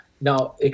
Now